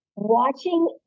Watching